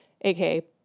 aka